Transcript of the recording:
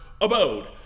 abode